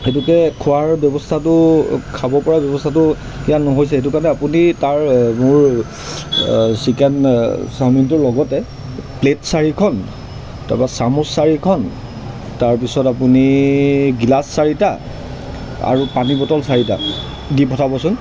সেইটোকে খোৱাৰ ব্যৱস্থাটো খাব পৰা ব্যৱস্থাটো এতিয়া নহৈছে সেইটো কাৰণে আপুনি তাৰ মোৰ চিকেন চাওমিনটোৰ লগতে প্লেট চাৰিখন তাৰপৰা চামুচ চাৰিখন তাৰপিছত আপুনি গিলাচ চাৰিটা আৰু পানী বটল চাৰিটা দি পঠাবচোন